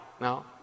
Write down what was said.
No